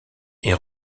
est